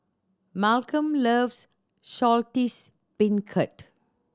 Malcom loves Saltish Beancurd